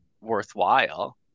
worthwhile